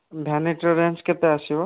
ଭ୍ୟାନିଟିର range କେତେ ଆସିବ